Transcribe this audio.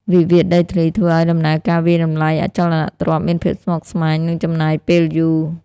វិវាទដីធ្លីធ្វើឱ្យដំណើរការវាយតម្លៃអចលនទ្រព្យ មានភាពស្មុគស្មាញ និងចំណាយពេលយូរ។